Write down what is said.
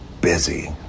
busy